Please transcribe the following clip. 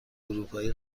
اروپایی